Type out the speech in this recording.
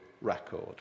record